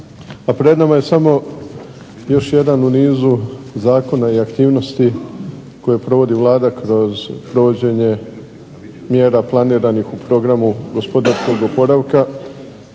Pa pred nama je samo još jedan u nizu zakona i aktivnosti koje provodi Vlada kroz provođenje mjera planiranih u programu gospodarskog oporavka